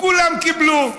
כולם קיבלו.